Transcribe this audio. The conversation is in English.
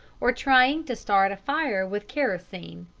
or trying to start a fire with kerosene.